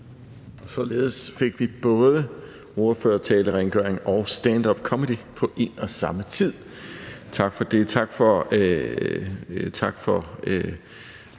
Således fik vi både ordføretalerengøring og standupcomedy på en og samme tid. Tak for det. Tak for